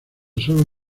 solo